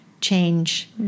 change